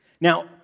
Now